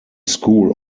school